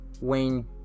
Wayne